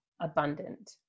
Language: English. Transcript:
abundant